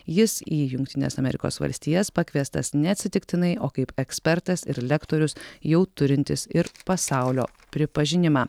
jis į jungtines amerikos valstijas pakviestas neatsitiktinai o kaip ekspertas ir lektorius jau turintis ir pasaulio pripažinimą